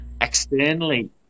externally